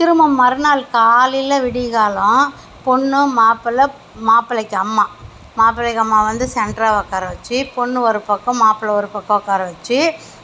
திரும்ப மறுநாள் காலையில் விடிய காலம் பொண்ணு மாப்பிள மாப்பிளைக்கு அம்மா மாப்பிளைக்கு அம்மா வந்து சென்ட்டரா உக்கார வச்சு பொண்ணு ஒரு பக்கம் மாப்பிள ஒரு பக்கம் உக்கார வச்சு